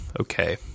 okay